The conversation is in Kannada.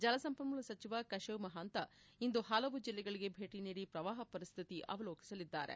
ಜಲಸಂಪನ್ಮೂಲ ಸಚಿವ ಕಶೇವ್ ಮಹಂತ ಇಂದು ಹಲವು ಜಿಲ್ಲೆಗಳಿಗೆ ಭೇಟಿ ನೀಡಿ ಪ್ರವಾಹ ಪರಿಸ್ತಿತಿ ಅವಲೋಕಿಸಲಿದ್ದಾರೆ